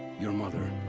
your mother.